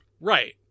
Right